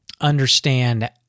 understand